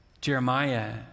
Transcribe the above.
Jeremiah